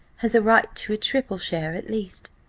has a right to a triple share at least.